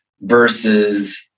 versus